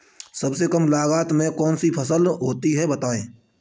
सबसे कम लागत में कौन सी फसल होती है बताएँ?